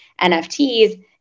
NFTs